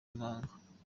impanga